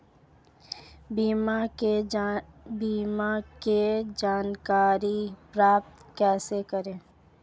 बीमा की जानकारी प्राप्त कैसे करें?